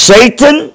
Satan